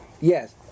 yes